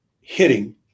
hitting